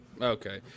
Okay